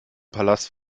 palast